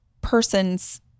person's